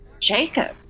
Jacob